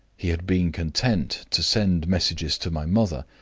he had been content to send messages to my mother,